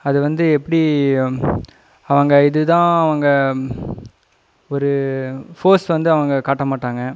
அது வந்து எப்படி அவங்க இதுதான் அவங்க ஒரு ஃபோர்ஸ் வந்து அவங்க காட்ட மாட்டாங்க